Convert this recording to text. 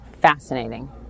fascinating